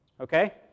Okay